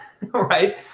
right